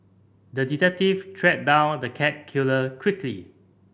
the detective tracked down the cat killer quickly